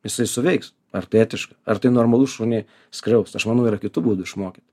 jisai suveiks ar tai etiška ar tai normalu šunį skriaust aš manau yra kitų būdų išmokyt